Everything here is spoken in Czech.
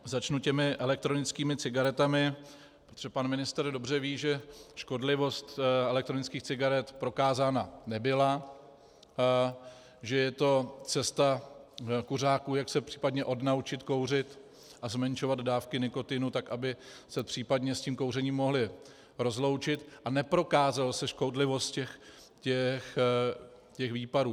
Začnu těmi elektronickými cigaretami, protože pan ministr dobře ví, že škodlivost elektronických cigaret prokázána nebyla, že je to cesta kuřáků, jak se případně odnaučit kouřit a zmenšovat dávky nikotinu tak, aby se případně s kouřením mohli rozloučit, a neprokázala se škodlivost těch výparů.